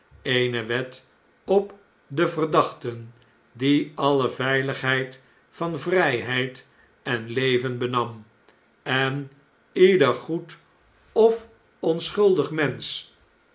eene wet op deverdachten die alle veiligheid van vrijheid en leven benam en ieder goed of onschuldig mensch